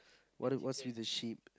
what the what's with the sheep